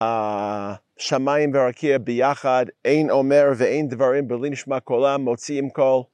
השמיים ורקיע ביחד, אין אומר ואין דברים, בלי נשמע קולם, מוציאים קול.